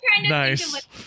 Nice